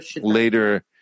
later